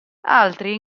altri